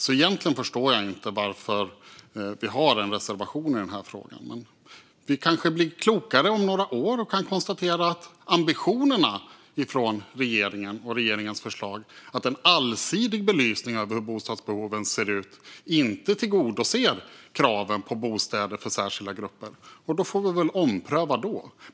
Egentligen förstår jag alltså inte varför det finns en reservation i den här frågan, men vi kanske blir klokare om några år och kan konstatera att ambitionerna från regeringen och regeringens förslag om en allsidig belysning av hur bostadsbehoven ser ut inte tillgodoser kraven på bostäder för särskilda grupper. I så fall får vi väl ompröva då.